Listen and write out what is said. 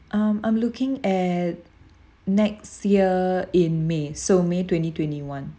um I'm looking at next year in may so may twenty twenty-one